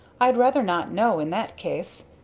i'd rather not know in that case.